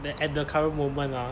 that at the current moment ah